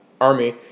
army